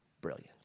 brilliant